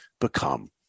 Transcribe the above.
become